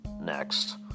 next